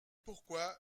pourquoi